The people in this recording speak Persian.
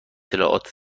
اطلاعات